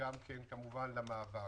וגם למאבק.